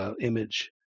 image